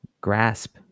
grasp